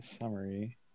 summary